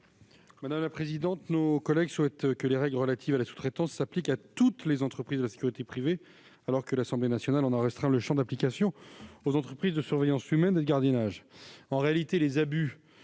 de la commission ? Nos collègues souhaitent que les règles relatives à la sous-traitance s'appliquent à toutes les entreprises de sécurité privée, alors que l'Assemblée nationale en a restreint le champ d'application aux entreprises de surveillance humaine et de gardiennage.